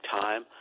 time